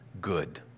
good